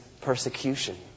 persecution